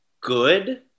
good